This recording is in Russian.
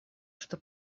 что